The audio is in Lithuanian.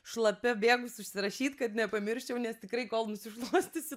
šlapia bėgus užsirašyt kad nepamirščiau nes tikrai kol nusišluostysi